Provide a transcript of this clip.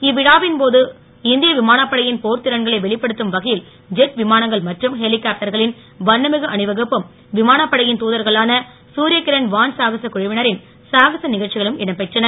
இவ்விழாவின் போது இந்திய விமானப்படையின் போர் திறன்களை வெளிப்படுத்தும் வகையில் ஜெட் விமானங்கள் மற்றும் ஹெலிகாப்டர்களின் வண்ணமிகு அணிவகுப்பும் விமானப்படையின் தூதர்களான தர்யகிரண் வான் சாகசக் குழவினரின் சாகச நிகழ்ச்சிகளும் இடம் பெற்றன